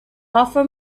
offer